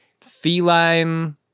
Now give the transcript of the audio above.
feline